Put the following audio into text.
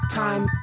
time